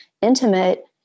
intimate